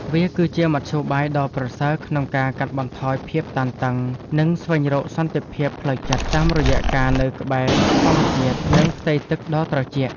វាគឺជាមធ្យោបាយដ៏ប្រសើរក្នុងការកាត់បន្ថយភាពតានតឹង និងស្វែងរកសន្តិភាពផ្លូវចិត្ត តាមរយៈការនៅក្បែរធម្មជាតិ និងផ្ទៃទឹកដ៏ត្រជាក់។